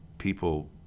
People